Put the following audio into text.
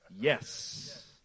Yes